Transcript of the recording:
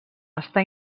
està